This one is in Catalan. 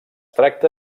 tracta